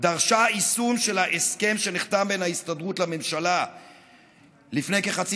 דרשה יישום של ההסכם שנחתם בין ההסתדרות לממשלה לפני כחצי